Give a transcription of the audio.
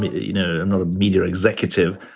you know, i'm not a media executive.